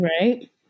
right